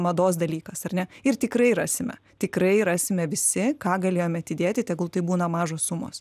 mados dalykas ar ne ir tikrai rasime tikrai rasime visi ką galėjome atidėti tegul tai būna mažos sumos